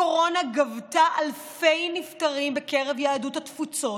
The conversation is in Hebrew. הקורונה גבתה אלפי נפטרים בקרב יהדות התפוצות,